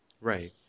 Right